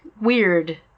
weird